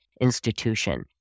institution